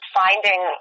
finding